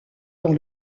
dans